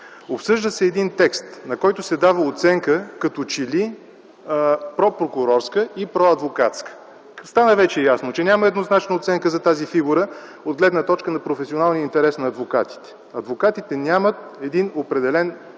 Обсъжда се един текст, на който като че ли се дава прокурорска и проадвокатска оценка. Стана вече ясно, че няма еднозначна оценка за тази фигура от гледна точка професионалния интерес на адвокатите. Адвокатите нямат един определен